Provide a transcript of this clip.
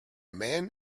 man